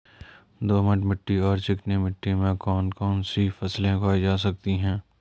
दोमट मिट्टी और चिकनी मिट्टी में कौन कौन सी फसलें उगाई जा सकती हैं?